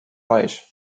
reich